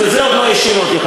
בזה עוד לא האשימו אותי,